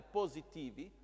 positivi